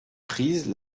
prises